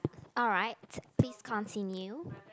alright please continue